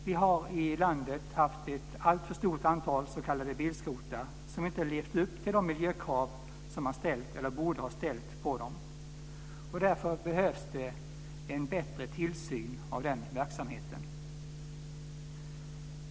Vi har i vårt land haft ett alltför stort antal s.k. bilskrotar som inte har levt upp till de miljökrav som har ställts eller borde ha ställts på dem. Därför behövs det en bättre tillsyn över den verksamheten.